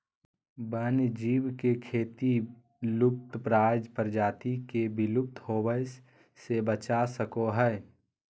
वन्य जीव के खेती लुप्तप्राय प्रजाति के विलुप्त होवय से बचा सको हइ